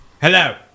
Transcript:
Hello